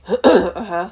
(uh huh)